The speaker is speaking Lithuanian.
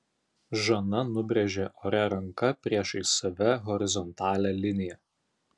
žana nubrėžė ore ranka priešais save horizontalią liniją